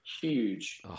Huge